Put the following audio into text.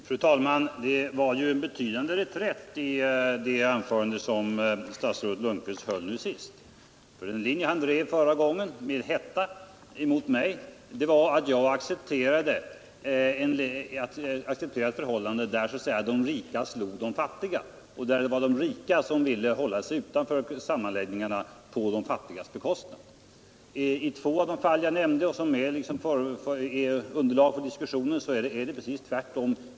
Fru talman! Det var en betydande reträtt som statsrådet Lundkvist gjorde i det anförande han höll nu senast. Den linje han med hetta drev mot mig förra gången var att jag skulle acceptera ett förhållande, där de rika kommunerna så att säga slog de fattiga, och där det var de rika kommunerna som vill hålla sig utanför sammanläggningarna på de fattiga kommunernas bekostnad. I två av de fall jag nämnde, och som är underlag för diskussionen, är det precis tvärtom.